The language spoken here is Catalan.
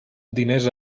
diners